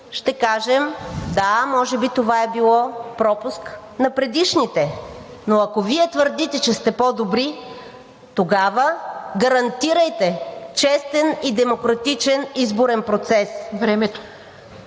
ще кажем: да, може би това е било пропуск на предишните. Но ако Вие твърдите, че сте по-добри, тогава гарантирайте честен и демократичен изборен процес.